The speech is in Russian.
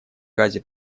газе